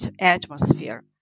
atmosphere